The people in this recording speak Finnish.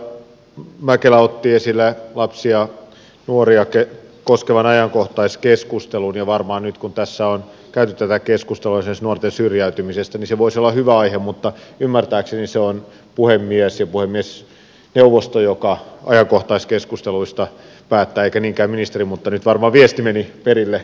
edustaja mäkelä otti esille lapsia ja nuoria koskevan ajankohtaiskeskustelun ja varmaan nyt kun tässä on käyty tätä keskustelua esimerkiksi nuorten syrjäytymisestä niin se voisi olla hyvä aihe mutta ymmärtääkseni se on puhemies ja puhemiesneuvosto joka ajankohtaiskeskusteluista päättää eikä niinkään ministeri mutta nyt varmaan viesti meni perille sinne suuntaan